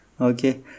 okay